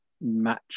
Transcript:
match